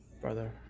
brother